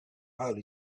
holy